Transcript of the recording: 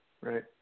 Right